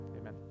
Amen